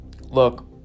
look